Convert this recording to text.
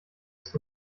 ist